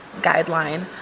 guideline